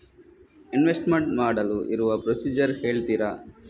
Investment ಮಾಡಲು ಇರುವ procedure ಹೇಳ್ತೀರಾ?